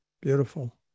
Beautiful